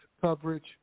coverage